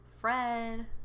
Fred